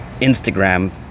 Instagram